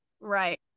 Right